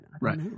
Right